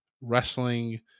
wrestling